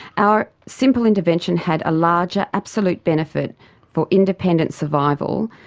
our simple intervention had a larger absolute benefit for independent survival,